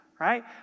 Right